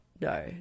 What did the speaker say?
no